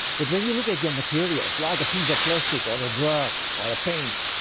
but when you look at your materials, like a piece of plastic or a drug or a paint,